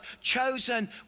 chosen